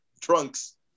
trunks